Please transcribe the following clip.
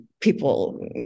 people